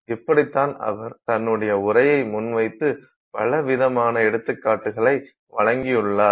இப்படிதான் அவர் தன்னுடைய உரையை முன்வைத்து பலவிதமான எடுத்துக்காட்டுகளை வழங்கியுள்ளார்